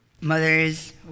Mothers